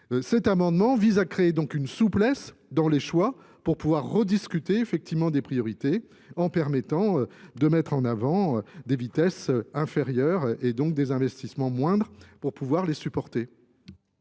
Cet amendement vise à créer donc une souplesse dans les choix pour pouvoir rediscuter effectivement des priorités en permettant de mettre en avant des vitesses inférieures et donc des investissements moindres pour pouvoir les supporter